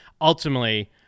ultimately